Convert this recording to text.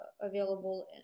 available